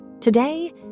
Today